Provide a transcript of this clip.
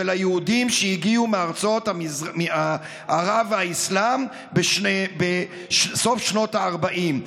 של היהודים שהגיעו מארצות ערב והאסלאם בסוף שנות הארבעים.